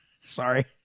Sorry